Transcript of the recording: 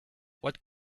what